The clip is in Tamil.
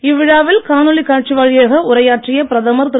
இவ்விழாவில் காணொளி காட்சி வழியாக உரையாற்றிய பிரதமர் திரு